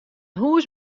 hús